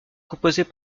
composées